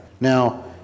Now